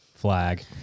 Flag